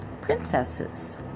princesses